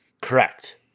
Correct